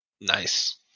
Nice